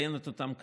ומציינת אותם כאן,